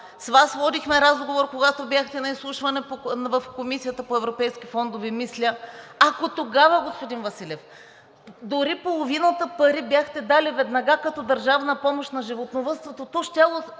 с Вас водихме разговор, когато бяхте на изслушване, мисля, в Комисията по европейските фондове – ако тогава, господин Василев, дори половината пари бяхте дали веднага като държавна помощ на животновъдството,